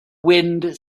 wind